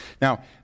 Now